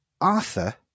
Arthur